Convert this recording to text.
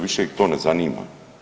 Više ih to ne zanima.